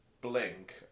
Blink